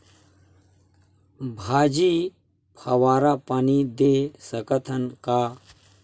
भाजी फवारा पानी दे सकथन का?